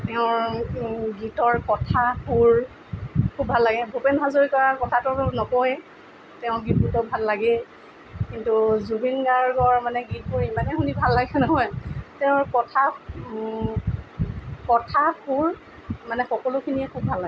তেওঁৰ গীতৰ কথা সুৰ খুব ভাল লাগে ভূপেন হাজৰিকাৰ কথাটো নকওঁৱেই তেওঁৰ গীতবোৰতো ভাল লাগেই কিন্তু জুবিন গাৰ্গৰ মানে গীতবোৰ ইমানেই শুনি ভাল লাগে নহয় তেওঁৰ কথা কথা সুৰ মানে সকলোখিনিয়ে খুব ভাল লাগে